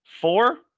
Four